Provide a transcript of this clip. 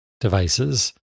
devices